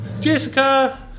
Jessica